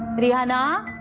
but rihana